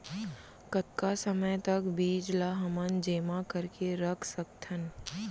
कतका समय तक बीज ला हमन जेमा करके रख सकथन?